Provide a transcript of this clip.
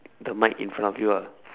the mic in front of you ah